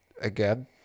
again